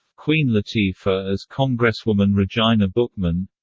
queen latifah as congresswoman regina bookman